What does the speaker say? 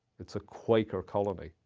it's a quaker colony.